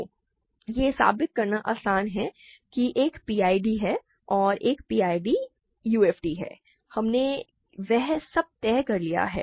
तो यह साबित करना आसान है कि एक PID है और एक PID UFD है हमने वह सब तय कर लिया है